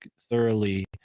thoroughly